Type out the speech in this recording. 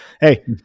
hey